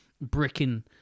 bricking